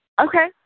Okay